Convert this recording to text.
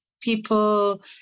people